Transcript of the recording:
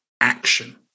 action